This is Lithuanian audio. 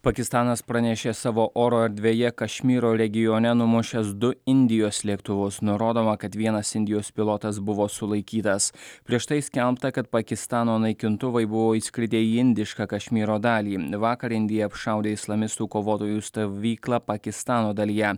pakistanas pranešė savo oro erdvėje kašmyro regione numušęs du indijos lėktuvus nurodoma kad vienas indijos pilotas buvo sulaikytas prieš tai skelbta kad pakistano naikintuvai buvo įskridę į indišką kašmyro dalį vakar indija apšaudė islamistų kovotojų stovyklą pakistano dalyje